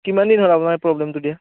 কিমান দিন হ'ল আপোনাৰ এই প্ৰব্লেমটো দিয়া